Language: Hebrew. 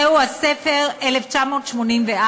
זהו הספר "1984",